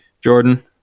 Jordan